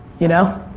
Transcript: you know?